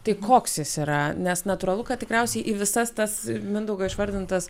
tai koks jis yra nes natūralu kad tikriausiai į visas tas mindaugo išvardintas